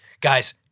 Guys